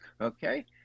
okay